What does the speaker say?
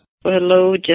Hello